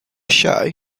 show